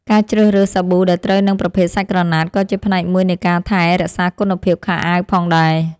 ការជ្រើសរើសសាប៊ូដែលត្រូវនឹងប្រភេទសាច់ក្រណាត់ក៏ជាផ្នែកមួយនៃការថែរក្សាគុណភាពខោអាវផងដែរ។